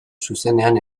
zuzenean